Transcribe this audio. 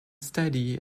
steady